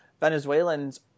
Venezuelans